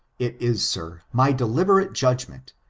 it is, sir, my deliberate judgment,